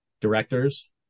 Directors